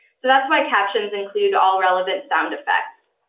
so that's why captions include all relevant sound effects.